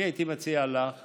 אני הייתי מציע לך